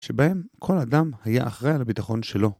שבהם כל אדם היה אחראי על הביטחון שלו.